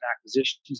Acquisitions